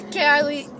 Carly